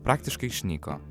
praktiškai išnyko